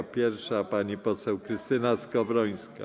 Jako pierwsza pani poseł Krystyna Skowrońska.